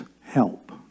help